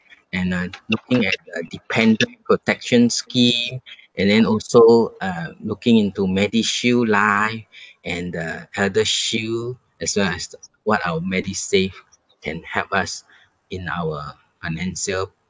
and uh looking at the dependant protection scheme and then also uh looking into medishield life and the eldershield as well as what our medisave can help us in our financial